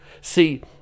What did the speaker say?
See